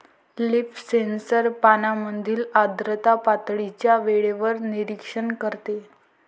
leaf sensor पानांमधील आर्द्रता पातळीचे वेळेवर निरीक्षण करते